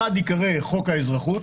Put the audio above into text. אחד ייקרא חוק האזרחות